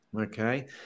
Okay